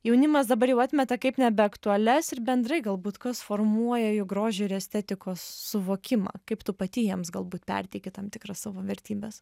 jaunimas dabar jau atmeta kaip nebe aktualias ir bendrai galbūt kas formuoja jų grožio ir estetikos suvokimą kaip tu pati jiems galbūt perteiki tam tikras savo vertybes